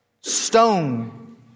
Stone